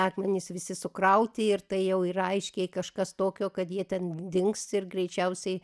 akmenys visi sukrauti ir tai jau yra aiškiai kažkas tokio kad jie ten dings ir greičiausiai